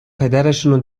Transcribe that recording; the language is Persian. پدرشونو